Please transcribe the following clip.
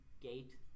gate